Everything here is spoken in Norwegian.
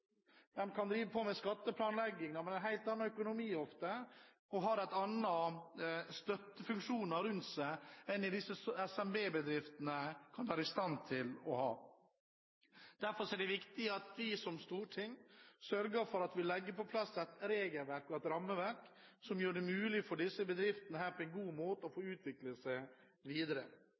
kan drive på med skatteplanlegging med ofte en helt annen økonomi og andre støttefunksjoner rundt seg enn disse SMB-bedriftene kan være i stand til å ha. Derfor er det viktig at vi som storting sørger for at vi legger på plass et regelverk og et rammeverk som gjør det mulig for disse bedriftene på en god måte å få utviklet seg videre.